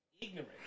ignorant